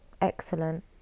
Excellent